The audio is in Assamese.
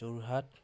যোৰহাট